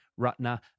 Rutner